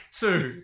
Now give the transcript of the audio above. two